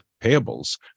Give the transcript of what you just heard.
payables